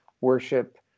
worship –